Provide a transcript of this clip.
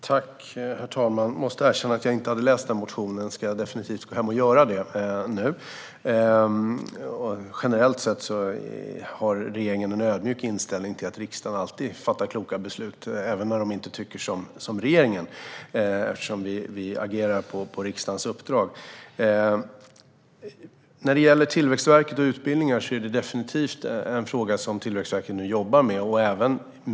Herr talman! Jag måste erkänna att jag inte har läst den motionen, men jag ska definitivt gå hem och göra det. Generellt sett har regeringen en ödmjuk inställning till att riksdagen alltid fattar kloka beslut, även när man inte tycker som regeringen. Vi agerar ju på riksdagens uppdrag. När det gäller Tillväxtverket och utbildningar är det definitivt en fråga som Tillväxtverket nu jobbar med.